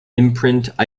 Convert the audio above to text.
imprint